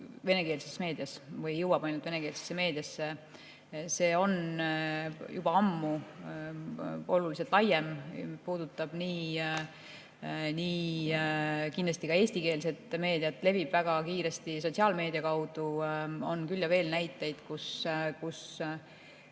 venekeelses meedias või jõuab ainult venekeelsesse meediasse. See on juba ammu oluliselt laiem ja puudutab kindlasti ka eestikeelset meediat ja levib väga kiiresti sotsiaalmeedia kaudu. On küll ja veel näiteid